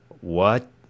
What